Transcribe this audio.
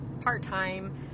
part-time